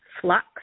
Flux